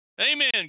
Amen